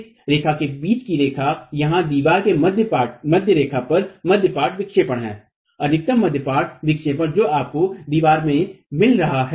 इस रेखा के बीच की रेखा यहाँ दीवार के मध्य रेखा पर मध्य पाट विक्षेपण है अधिकतम मध्य पाट विक्षेपण जो आपको दीवार में मिल रहा है